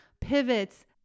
pivots